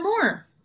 more